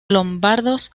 lombardos